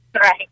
Right